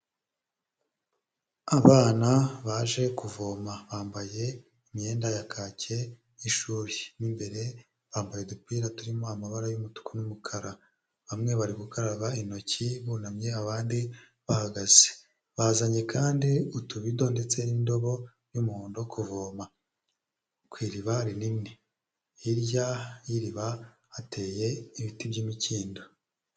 Abana baje kuvoma bambaye imyenda ya kake y'ishuri mo imbere bambaye udupira turimo amabara y'umutuku n'umukara, bamwe bari gukaraba intoki bunamye abandi bahagaze, bazanye kandi utubido ndetse n'indobo y'umuhondo kuvoma ku iriba rinini, hirya y'iriba hateye ibiti by'imikindo.